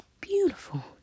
beautiful